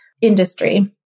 industry